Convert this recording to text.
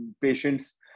patients